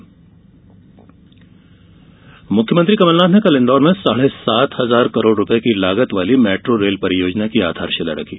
मुख्यमंत्री मेट्रो मुख्यमंत्री कमलनाथ ने कल इंदौर में साढ़े सात हजार करोड़ रूपए की लागत वाली मेट्रो रेल परियोजना की आधारशिला रखी